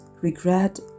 regret